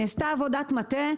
נעשתה עבודת מטה.